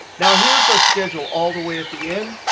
now here is our schedule all the way at the end.